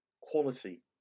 quality